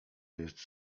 jest